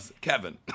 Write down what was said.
Kevin